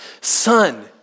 son